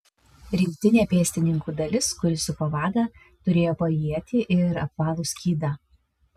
rinktinė pėstininkų dalis kuri supa vadą turėjo po ietį ir apvalų skydą